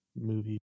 movie